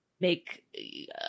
make